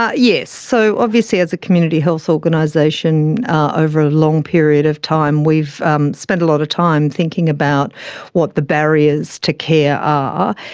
yes, so obviously as a community health organisation ah over a long period of time we've um spent a lot of time thinking about what the barriers to care are.